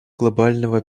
глобального